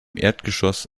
erdgeschoss